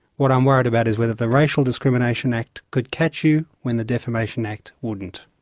what i'm worried about is whether the racial discrimination act could catch you when the defamation act wouldn't.